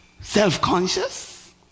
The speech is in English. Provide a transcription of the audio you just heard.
self-conscious